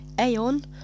Aeon